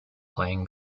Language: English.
playing